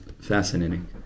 Fascinating